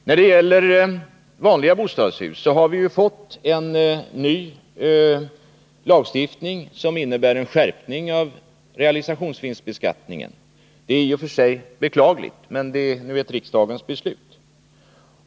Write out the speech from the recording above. När det gäller vanliga bostadshus har vi fått en ny lagstiftning som innebär en skärpning av realisationsvinstbeskattningen, det är i och för sig beklagligt, men det är nu ett riksdagens beslut.